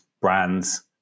brands